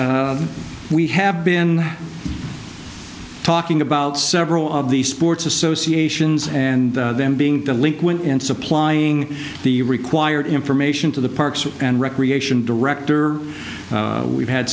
we have been talking about several of these sports associations and them being delinquent and supplying the required information to the parks and recreation director we've had